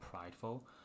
prideful